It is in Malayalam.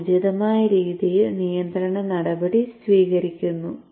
അവ ഉചിതമായ രീതിയിൽ നിയന്ത്രണ നടപടി സ്വീകരിക്കുന്നു